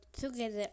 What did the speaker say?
together